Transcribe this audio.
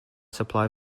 supply